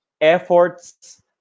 efforts